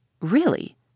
Really